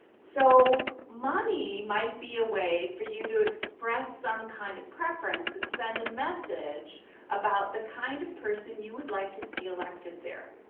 so money might be a way for you to express some kind of preference and send a message about the kind of person you would like to see elected there.